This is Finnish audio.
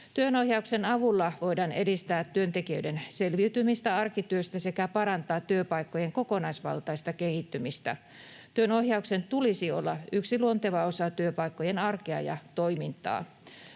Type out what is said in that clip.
Työnohjauksen avulla voidaan edistää työntekijöiden selviytymistä arkityöstä sekä parantaa työpaikkojen kokonaisvaltaista kehittymistä. Työnohjauksen tulisi olla yksi luonteva osa työpaikkojen arkea ja toimintaa.